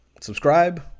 Subscribe